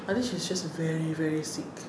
I think she's just very very sick